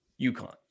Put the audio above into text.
UConn